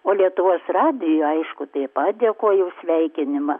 o lietuvos radijui aišku taip pat dėkoju sveikinimą